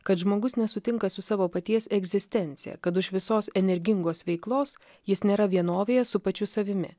kad žmogus nesutinka su savo paties egzistencija kad už visos energingos veiklos jis nėra vienovėje su pačiu savimi